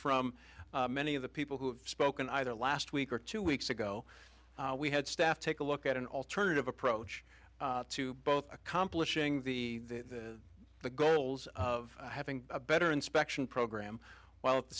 from many of the people who have spoken either last week or two weeks ago we had staff take a look at an alternative approach to both accomplishing the goals of having a better inspection program while at the